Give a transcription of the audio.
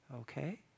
Okay